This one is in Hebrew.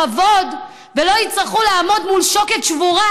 בכבוד ולא יצטרכו לעמוד מול שוקת שבורה,